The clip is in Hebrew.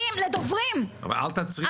הגיעו דוברים, אנשים ביקשו לדבר, אנחנו ניתן להם.